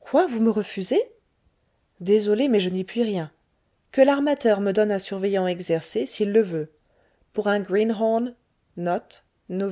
quoi vous me refusez désolé mais je n'y puis rien que l'armateur me donne un surveillant exercé s'il le veut pour un greenhorn ça ne